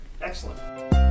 Excellent